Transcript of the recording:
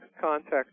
context